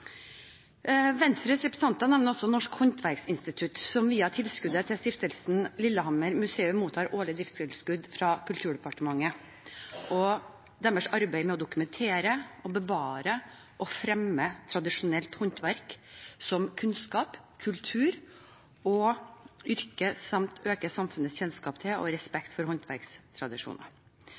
Venstres representanter nevner også Norsk håndverksinstitutt, som via tilskuddet til Stiftelsen Lillehammer museum mottar årlig driftstilskudd fra Kulturdepartementet, og deres arbeid med å dokumentere, bevare og fremme tradisjonelt håndverk som kunnskap, kultur og yrke samt øke samfunnets kjennskap til og respekt for håndverkstradisjoner.